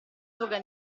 toga